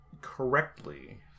correctly